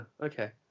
okay